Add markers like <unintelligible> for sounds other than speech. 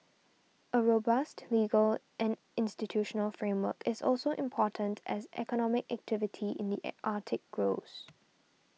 a robust legal and institutional framework is also important as economic activity in the <unintelligible> Arctic grows